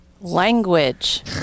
Language